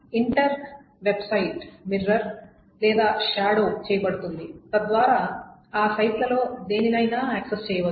inter website mirror లేదా shadow చేయబడుతుంది తద్వారా ఆ సైట్లలో దేనినైనా యాక్సెస్ చేయవచ్చు